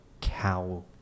cow